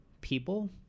people